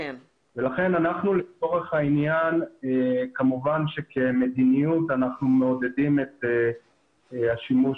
לכן אנחנו לצורך העניין כמובן שכמדיניות אנחנו מעודדים את השימוש